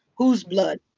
whose blood,